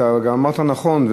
אתה גם אמרת נכון,